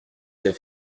s’est